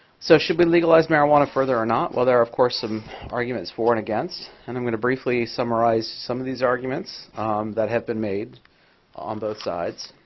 so should we legalize marijuana further or not? well, there are, of course, some arguments for and against. and i'm going to briefly summarize some of these arguments that have been made on both sides.